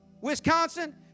Wisconsin